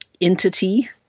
entity